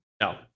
No